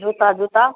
जूता जूता